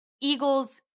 Eagles